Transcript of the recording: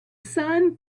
sun